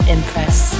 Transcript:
Impress